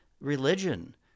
religion